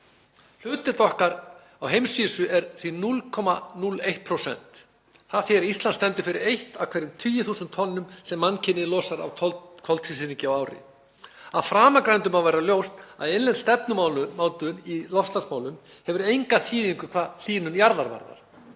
Hlutdeild okkar á heimsvísu er því 0,01%. Það þýðir að Ísland losar eitt af hverjum 10.000 tonnum sem mannkynið losar af koltvísýringi á ári. Af framangreindu má vera ljóst að innlend stefnumótun í loftslagsmálum hefur enga þýðingu hvað hlýnun jarðar varðar